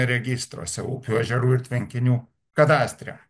registruose upių ežerų ir tvenkinių kadastre